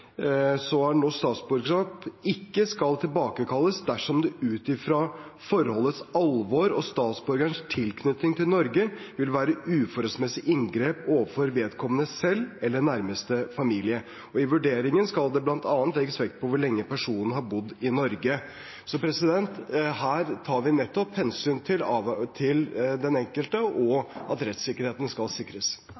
skal norsk statsborgerskap ikke tilbakekalles dersom det ut fra forholdets alvor og statsborgerens tilknytning til Norge vil være et uforholdsmessig inngrep overfor vedkommende selv eller nærmeste familie. I vurderingen skal det bl.a. legges vekt på hvor lenge personen har bodd i Norge. Så her tar vi nettopp hensyn til den enkelte og